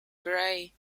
grey